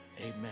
amen